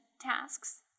tasks